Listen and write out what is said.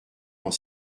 dans